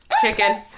chicken